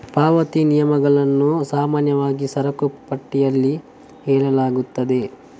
ಪಾವತಿ ನಿಯಮಗಳನ್ನು ಸಾಮಾನ್ಯವಾಗಿ ಸರಕು ಪಟ್ಟಿಯಲ್ಲಿ ಹೇಳಲಾಗುತ್ತದೆ